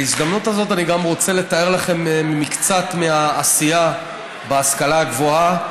בהזדמנות הזאת אני גם רוצה לתאר לכם מקצת מהעשייה בהשכלה הגבוהה: